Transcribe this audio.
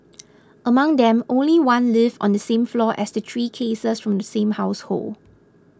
among them only one lived on the same floor as the three cases from the same household